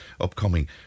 upcoming